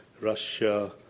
Russia